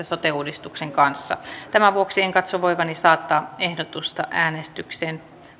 sote uudistuksen kanssa tämän vuoksi en katso voivani saattaa ehdotusta äänestykseen